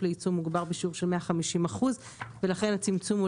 לעיצום מוגבר בשיעור של 150%. ולכן הצמצום הוא